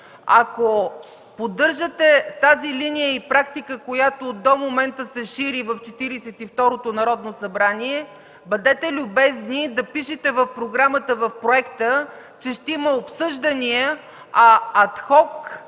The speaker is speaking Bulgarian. Ако поддържате тази линия и практика, която до момента се шири в Четиридесет и второто Народно събрание, бъдете любезни да пишете в програмата, в проекта, че ще има обсъждания, а ад хок